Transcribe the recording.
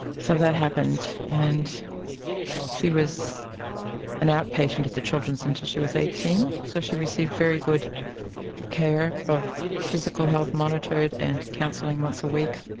so that happened. and she was an outpatient at the children's until she was eighteen. so she received very good care of physical health monitored and counselling once a week.